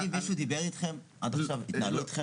מישהו דיבר איתכם, התנהלו איתכם?